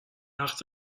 وقت